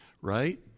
Right